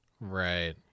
Right